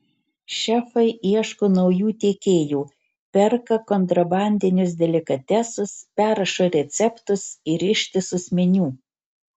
šefai ieško naujų tiekėjų perka kontrabandinius delikatesus perrašo receptus ir ištisus meniu